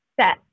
set